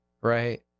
right